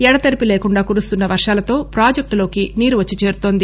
ఎడతెరపి లేకుండా కురుస్తున్న వర్షాలతో ప్రాజెక్టులోకి నీరు వచ్చి చేరుతోంది